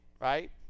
right